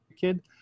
kid